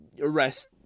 arrest